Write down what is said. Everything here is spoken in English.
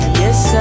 yes